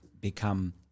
become